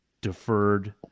deferred